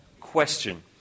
question